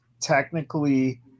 technically